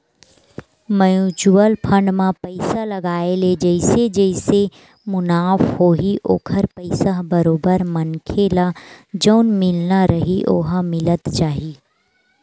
mutual fund म पइसा लगाय ले जइसे जइसे मुनाफ होही ओखर पइसा ह बरोबर मनखे ल जउन मिलना रइही ओहा मिलत जाही